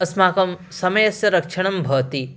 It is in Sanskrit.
अस्माकं समयस्य रक्षणं भवति